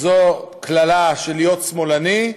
זו קללה של להיות שמאלני,